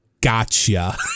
gotcha